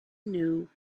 knew